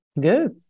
Good